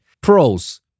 Pros